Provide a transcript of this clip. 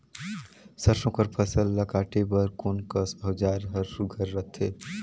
सरसो कर फसल ला काटे बर कोन कस औजार हर सुघ्घर रथे?